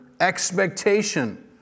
expectation